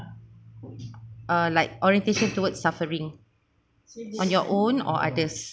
uh like orientation toward suffering on your own or others